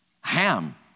Ham